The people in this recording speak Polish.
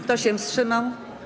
Kto się wstrzymał?